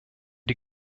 die